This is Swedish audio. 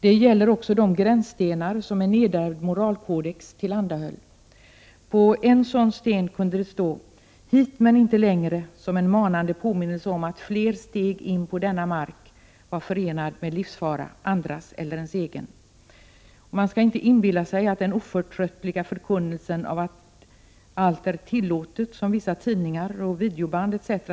Det gäller också de gränsstenar som en nedärvd moralkodex tillhandahöll. På en sådan sten kunde det stå ”Hit men inte längre”, som en manande påminnelse om att flera steg in på denna mark var förenade med livsfara, för andra eller för en själv. Man skall inte inbilla sig att den oförtröttliga förkunnelsen att allt är tillåtet, som vissa tidningar, videoband etc.